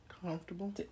Comfortable